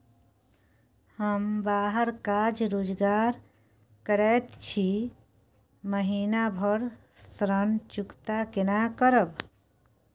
हम बाहर काज रोजगार करैत छी, महीना भर ऋण चुकता केना करब?